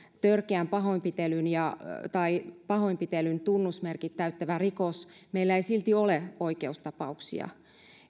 törkeän pahoinpitelyn tai pahoinpitelyn tunnusmerkit täyttävä rikos meillä ei silti ole oikeustapauksia